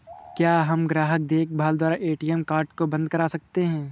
क्या हम ग्राहक देखभाल द्वारा ए.टी.एम कार्ड को बंद करा सकते हैं?